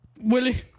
Willie